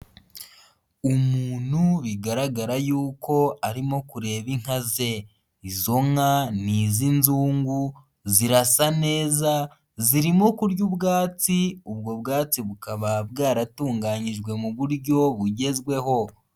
Umuntu bigaragara yuko arimo kureba inka ze, izo nka ni iz'inzungu zirasa neza, zirimo kurya ubwatsi, ubwo bwatsi bukaba bwaratunganyijwe mu buryo bugezweho.